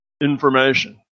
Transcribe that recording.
information